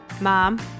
mom